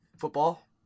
football